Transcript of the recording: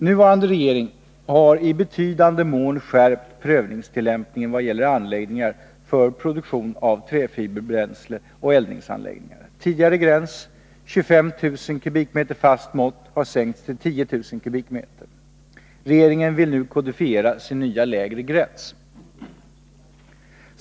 Nuvarande regering har i betydande mån skärpt prövningstillämpningen vad gäller anläggningar för produktion av träfiberbränsle och eldningsanläggningar. Tidigare gräns, 25 000 m? fast mått, har sänkts till 10 000 m?. Regeringen vill nu kodifiera sin nya, lägre gräns.